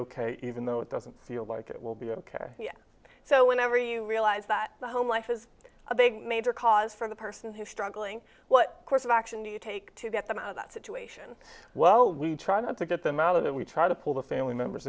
ok even though it doesn't feel like it will be ok so whenever you realise that the home life is a big major cause for the person who's struggling what course of action do you take to get them out of that situation well we try not to get them out of that we try to pull the family members